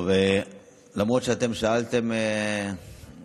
טוב, למרות שאתם שאלתם שניים